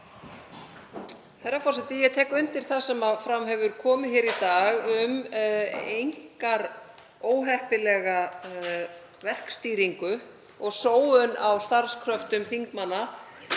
Herra forseti. Ég tek undir það sem fram hefur komið hér í dag um einkar óheppilega verkstýringu og sóun á starfskröftum þingmanna